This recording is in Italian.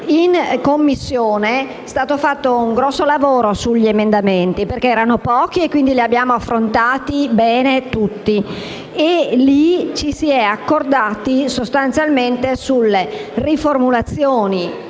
In Commissione è stato svolto un grande lavoro sugli emendamenti, perché erano pochi e quindi li abbiamo potuti esaminare bene. In quella sede ci si è accordati sostanzialmente sulle riformulazioni